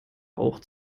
auch